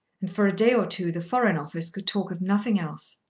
and for a day or two the foreign office could talk of nothing else.